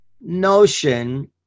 notion